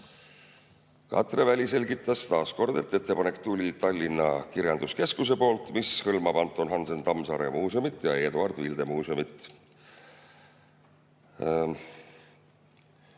Katre Väli selgitas taas, et ettepanek tuli Tallinna Kirjanduskeskuselt, mis hõlmab Anton Hansen Tammsaare muuseumit ja Eduard Vilde Muuseumit.